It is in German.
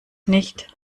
nicht